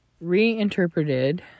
reinterpreted